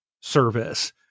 service